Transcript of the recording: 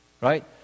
right